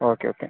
okay okay